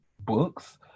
books